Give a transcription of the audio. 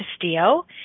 Castillo